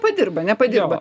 padirba nepadirba